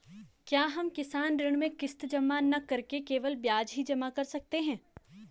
क्या हम किसान ऋण में किश्त जमा न करके केवल ब्याज ही जमा कर सकते हैं?